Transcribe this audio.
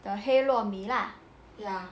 the 黑罗米 lah